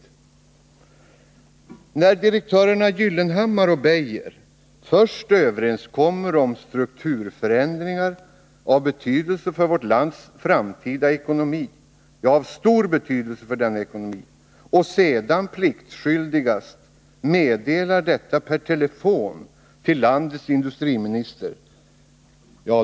En utmärkt illustration till vad som håller på att ske är att direktörerna Gyllenhammar och Wall först överenskom om strukturförändringar av stor betydelse för vårt lands hela framtida ekonomi och sedan pliktskyldigast meddelade detta per telefon till landets industriminister.